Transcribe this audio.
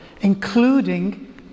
including